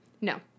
No